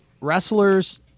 wrestlers